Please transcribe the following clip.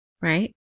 right